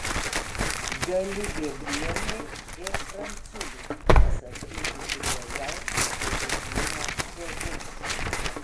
galiu vėbrienei ir pranciuliui pasakyti tik gražiausius dėkingumo žodžius